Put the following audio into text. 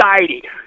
society